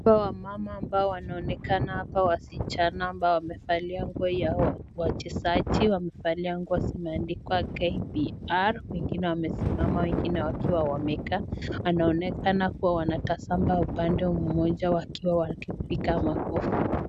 Wamama ambao wanaonekana, wasichana ambao wamevalia nguo ya wachezaji, wamevalia nguo ambazo zimeandikwa kpr,wengine wamesimama wegine wakiwa wamekaa, wanaonekana kuwa wanatazama upande mmoja wakiwa wakipiga makofi.